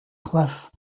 cliff